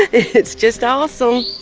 it's it's just awesome.